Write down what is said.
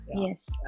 yes